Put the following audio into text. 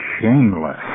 shameless